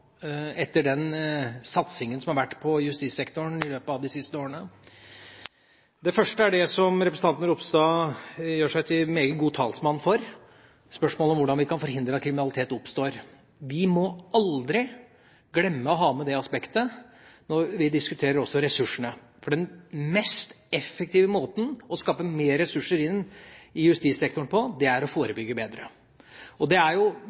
etter den satsingen som har vært på justissektoren i løpet av de siste årene. Det første er det som representanten Ropstad gjør seg til en meget god talsmann for: spørsmålet om hvordan vi kan forhindre at kriminalitet oppstår. Vi må aldri glemme å ha med også det aspektet når vi diskuterer ressursene, for den mest effektive måten å skaffe mer ressurser inn i justissektoren på er å forebygge bedre, og det er